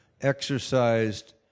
exercised